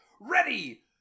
ready